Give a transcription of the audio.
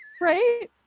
Right